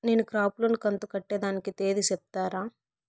నేను crop loan కంతు కట్టేదానికి తేది సెప్తారా?